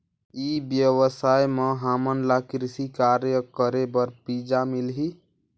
ई व्यवसाय म हामन ला कृषि कार्य करे बर बीजा मिलही?